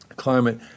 Climate